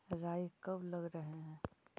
राई कब लग रहे है?